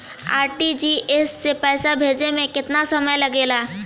RTGS से पैसा भेजे में केतना समय लगे ला?